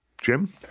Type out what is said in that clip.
Jim